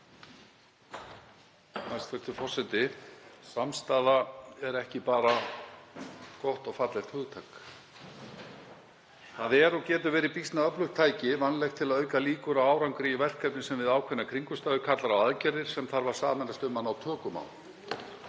Hæstv. forseti. Samstaða er ekki bara gott og fallegt hugtak. Samstaða getur verið býsna öflugt tæki, vænlegt til að auka líkur á árangri í verkefni sem við ákveðnar kringumstæður kallar á aðgerðir sem þarf að sameinast um að ná tökum á.